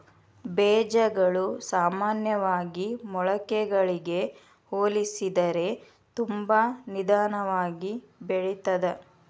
ಬೇಜಗಳು ಸಾಮಾನ್ಯವಾಗಿ ಮೊಳಕೆಗಳಿಗೆ ಹೋಲಿಸಿದರೆ ತುಂಬಾ ನಿಧಾನವಾಗಿ ಬೆಳಿತ್ತದ